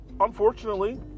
unfortunately